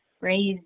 raised